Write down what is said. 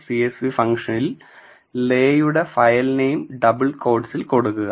csv ഫങ്ക്ഷനിൽ le യുടെ file name double കോട്സിൽ കൊടുക്കുക